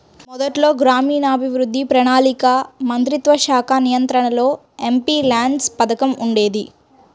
మొదట్లో గ్రామీణాభివృద్ధి, ప్రణాళికా మంత్రిత్వశాఖ నియంత్రణలో ఎంపీల్యాడ్స్ పథకం ఉండేది